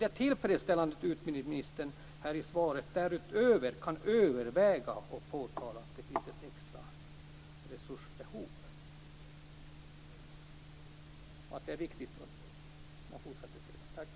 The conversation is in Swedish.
Det är tillfredsställande att utbildningsministern i sitt svar anger att han kan överväga det påpekade extra resursbehovet. Jag fortsätter i ett senare anförande.